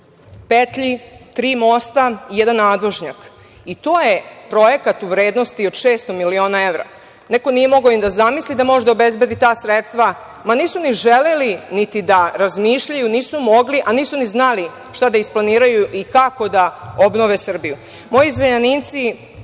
petlji, tri mosta i jedan nadvožnjak. To je projekat u vrednosti od 600 miliona evra. Neko nije mogao ni da zamisli da može da obezbedi ta sredstva. Ma, nisu ni želeli, niti da razmišljaju, nisu mogli a nisu ni znali šta da isplaniraju i kako da obnove Srbiju. Moji Zrenjaninci